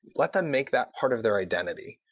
let them make that part of their identity.